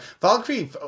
Valkyrie